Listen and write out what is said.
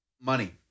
Money